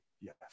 Yes